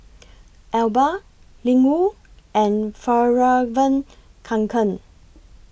Alba Ling Wu and Fjallraven Kanken